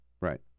right